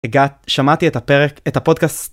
הגעת, שמעתי את הפרק, את הפודקאסט.